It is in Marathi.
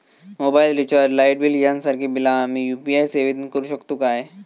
मोबाईल रिचार्ज, लाईट बिल यांसारखी बिला आम्ही यू.पी.आय सेवेतून करू शकतू काय?